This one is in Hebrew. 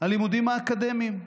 הלימודים האקדמיים,